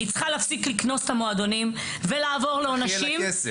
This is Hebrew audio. היא צריכה להפסיק לקנוס את המועדונים ולעבור לעונשים.